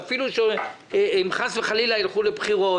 ואפילו אם חס חלילה יילכו לבחירות.